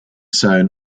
sewn